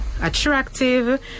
attractive